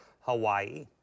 Hawaii